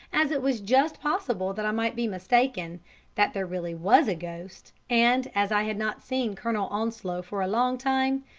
as it was just possible that i might be mistaken that there really was a ghost, and as i had not seen colonel onslow for a long time,